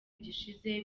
gishize